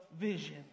vision